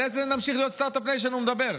על איזו סטרטאפ ניישן הוא מדבר?